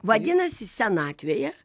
vadinasi senatvėje